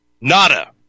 Nada